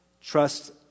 Trust